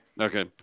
okay